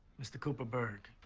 mr. kuperburg.